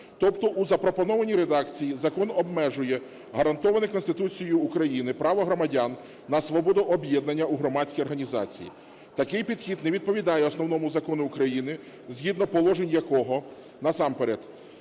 Тобто у запропонованій редакції закон обмежує гарантоване Конституцією України право громадян на свободу об'єднання у громадські організації. Такий підхід не відповідає Основному Закону України, згідно положень якого насамперед